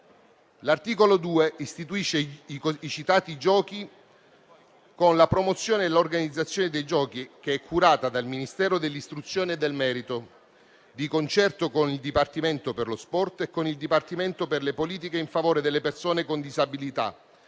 L'articolo 2 istituisce i citati i giochi, la cui promozione e organizzazione è curata dal Ministero dell'istruzione e del merito, di concerto con il Dipartimento per lo sport e con il Dipartimento per le politiche in favore delle persone con disabilità